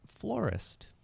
Florist